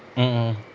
mmhmm